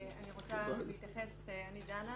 אני דנה,